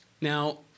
Now